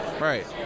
Right